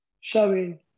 showing